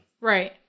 right